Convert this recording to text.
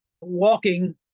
walking